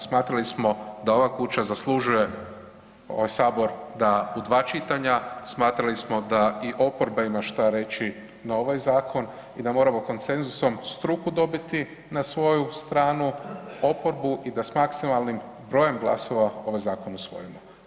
Smatrali smo da ova kuća zaslužuje ovaj Sabor da u dva čitanja, smatrali smo da i oporba ima šta reći na ovaj zakon i da moramo konsenzusom struku dobiti na svoju stranu, oporbu i da s maksimalnim brojem glasova ovaj zakon usvojimo.